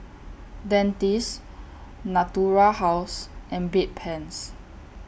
Dentiste Natura House and Bedpans